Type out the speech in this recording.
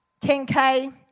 10K